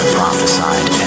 prophesied